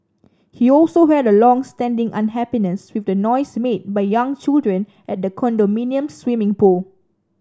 he also had a long standing unhappiness with the noise made by young children at the condominium's swimming pool